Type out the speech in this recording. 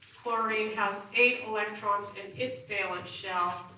chlorine has eight electrons in its valence shell,